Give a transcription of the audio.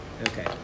Okay